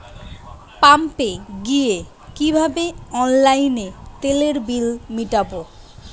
পাম্পে গিয়ে কিভাবে অনলাইনে তেলের বিল মিটাব?